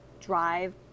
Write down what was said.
drive